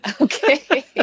Okay